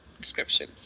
description